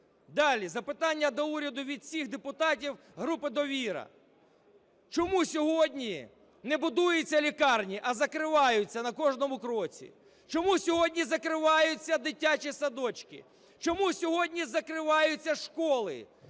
Далі запитання до уряду від всіх депутатів групи "Довіра". Чому сьогодні не будуються лікарні, а закриваються на кожному кроці? Чому сьогодні закриваються дитячі садочки? Чому сьогодні закриваються школи?